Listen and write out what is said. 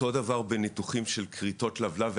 אותו דבר בניתוחים של כריתות לבלב,